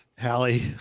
Hallie